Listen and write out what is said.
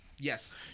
Yes